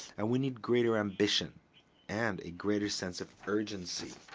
and we need greater ambition and a greater sense of urgency.